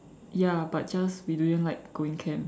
ya but just we didn't like going camp